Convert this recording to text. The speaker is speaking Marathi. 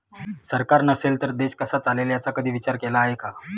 सरकार नसेल तर देश कसा चालेल याचा कधी विचार केला आहे का?